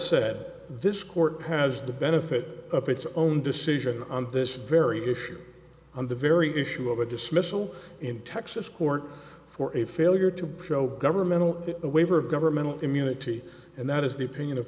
said this court has the benefit of its own decision on this very issue on the very issue of a dismissal in texas court for a failure to show governmental waiver of governmental immunity and that is the opinion of